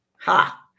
ha